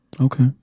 okay